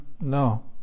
no